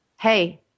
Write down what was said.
Hey